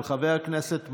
של חבר הכנסת מעוז.